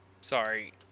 Sorry